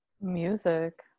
Music